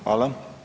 Hvala.